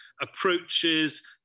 approaches